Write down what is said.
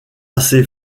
assez